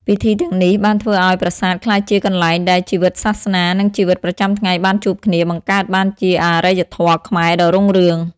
ពិធីទាំងនេះបានធ្វើឱ្យប្រាសាទក្លាយជាកន្លែងដែលជីវិតសាសនា និងជីវិតប្រចាំថ្ងៃបានជួបគ្នា បង្កើតបានជាអរិយធម៌ខ្មែរដ៏រុងរឿង។